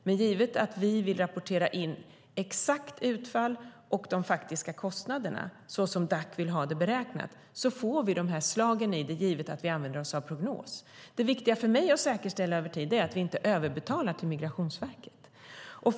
Men i och med att vi vill rapportera det exakta utfallet och de faktiska kostnaderna, såsom Dac vill ha det beräknat, får vi avvikelser, givet att vi använder oss av en prognos. Det viktiga för mig att säkerställa över tid är att vi inte överbetalar till Migrationsverket.